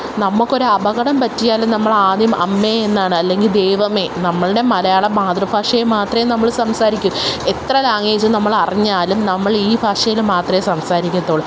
നമുക്കൊരു അപകടം പറ്റിയാലും നമ്മൾ ആദ്യം അമ്മേയെന്നാണ് അല്ലെങ്കില് ദൈവമേ നമ്മളുടെ മലയാളം മാതൃഭാഷ മാത്രമേ നമ്മൾ സംസാരിക്കൂ എത്ര ലാങ്വേജ് നമ്മൾ അറിഞ്ഞാലും നമ്മളീ ഭാഷയിൽ മാത്രമേ സംസാരിക്കത്തൊള്ളു